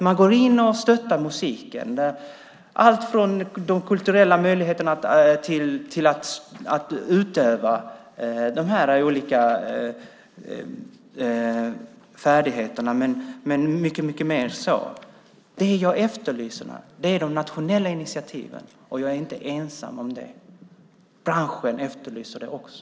Man går in och stöttar musiken, alltifrån de kulturella möjligheterna till att utöva de olika färdigheterna och mycket mer än så. Det jag efterlyser är de nationella initiativen, och jag är inte ensam om det. Branschen efterlyser det också.